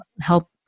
help